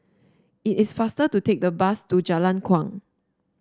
it is faster to take the bus to Jalan Kuang